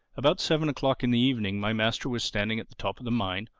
about seven o'clock in the evening my master was standing at the top of the mine,